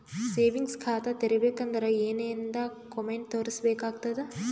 Savings ಖಾತಾ ತೇರಿಬೇಕಂದರ ಏನ್ ಏನ್ಡಾ ಕೊಮೆಂಟ ತೋರಿಸ ಬೇಕಾತದ?